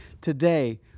today